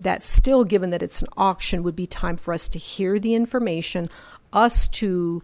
that still given that it's auction would be time for us to hear the information us to